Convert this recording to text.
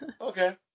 Okay